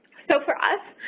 so, for us,